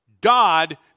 God